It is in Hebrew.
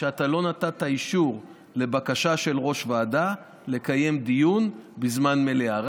שאתה לא נתת אישור לבקשה של ראש ועדה לקיים דיון בזמן מליאה.